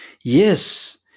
Yes